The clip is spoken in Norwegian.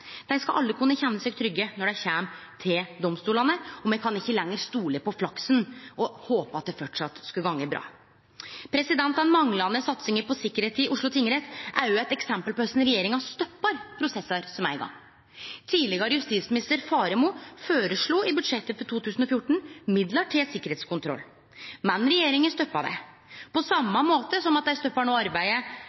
Dei skal alle kunne kjenne seg trygge når dei kjem til domstolane, og me kan ikkje lenger stole på flaksen og håpe at det framleis skal gå bra. Den manglande satsinga på sikkerheit i Oslo tingrett er òg eit eksempel på korleis regjeringa stoppar prosessar som er i gang. Tidlegare justisminister Faremo føreslo i budsjettet for 2014 midlar til ein sikkerheitskontroll, men regjeringa stoppa det, på same måte som dei no stoppar arbeidet